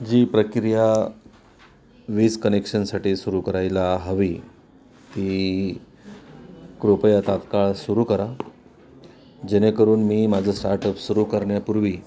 जी प्रक्रिया वीज कनेक्शनसाठी सुरू करायला हवी ती कृपया तात्काळ सुरू करा जेणेकरून मी माझं स्टार्टअप सुरू करण्यापूर्वी